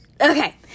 Okay